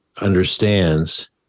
understands